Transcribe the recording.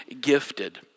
gifted